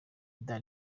dar